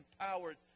empowered